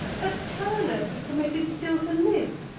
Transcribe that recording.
that turnus is permitted still to live,